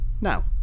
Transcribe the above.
now